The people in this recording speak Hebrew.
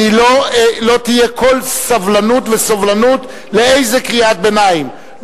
לא תהיה כל סבלנות וסובלנות לאיזו קריאת ביניים,